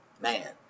man